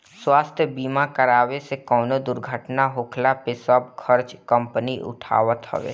स्वास्थ्य बीमा करावे से कवनो दुर्घटना होखला पे सब खर्चा कंपनी उठावत हवे